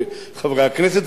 וחברי הכנסת,